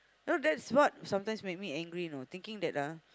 you know that's what sometimes make me angry you know thinking that ah